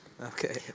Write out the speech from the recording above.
Okay